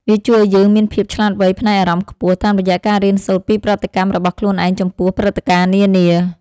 វាជួយឱ្យយើងមានភាពឆ្លាតវៃផ្នែកអារម្មណ៍ខ្ពស់ តាមរយៈការរៀនសូត្រពីប្រតិកម្មរបស់ខ្លួនឯងចំពោះព្រឹត្តិការណ៍នានា។